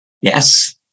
Yes